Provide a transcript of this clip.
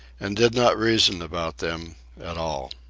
and did not reason about them at all.